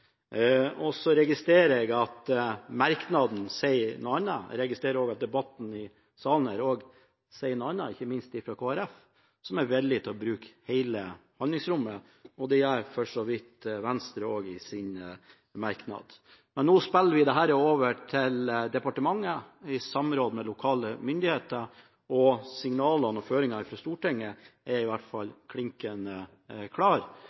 Så registrerer jeg at det i merknaden sies noe annet. Jeg registrerer også at det i debatten i salen her sies noe annet, ikke minst fra Kristelig Folkeparti, som er villig til å bruke hele handlingsrommet, og det sier for så vidt også Venstre i sin merknad. Men nå spiller vi dette over til departementet, i samråd med lokale myndigheter, og signalene og føringene fra Stortinget er i hvert fall